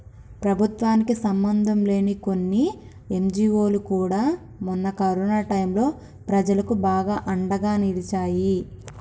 ప్రభుత్వానికి సంబంధంలేని కొన్ని ఎన్జీవోలు కూడా మొన్న కరోనా టైంలో ప్రజలకు బాగా అండగా నిలిచాయి